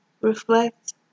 Reflect